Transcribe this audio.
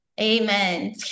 amen